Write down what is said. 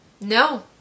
no